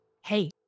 Hey